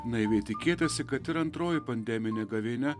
naiviai tikėtasi kad ir antroji pandeminė gavėnia